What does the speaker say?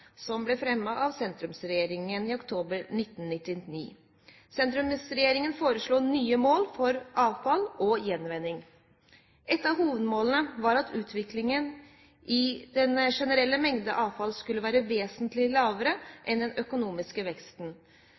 som ble fremmet av sentrumsregjeringen i oktober 1999. Sentrumsregjeringen foreslo nye mål for avfall og gjenvinning. Et av hovedmålene var at utviklingen i generert mengde avfall skulle være vesentlig lavere enn den økonomiske veksten.